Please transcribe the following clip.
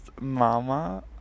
Mama